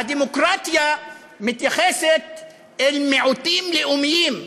והדמוקרטיה מתייחסת אל מיעוטים לאומיים,